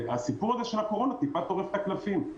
הסיפור הזה של הקורונה טיפה טורף את הקלפים.